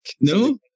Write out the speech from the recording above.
No